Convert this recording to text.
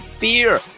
Beer